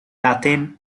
latin